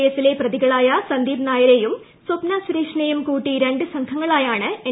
കേസിലെ പ്രതികളായ സന്ദീപ് നായരെയും സ്വപ്ന സുരേഷിനെയും കൂട്ടി രണ്ടു സംഘങ്ങളായാണ് എൻ